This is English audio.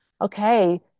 Okay